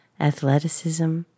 athleticism